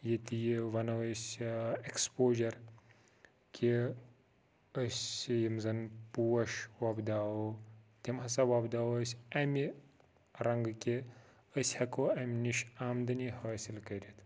ییٚتہِ یہِ وَنو أسۍ اٮ۪کٕسپوجَر کہِ أسہِ یِم زَن پوش وۄپداوو تِم ہَسا وۄپداوو أسۍ اَمہِ رنٛگہٕ کہِ أسۍ ہٮ۪کو اَمہِ نِش آمدٔنی حٲصِل کٔرِتھ